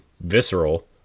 visceral